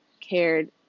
cared